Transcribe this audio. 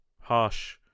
harsh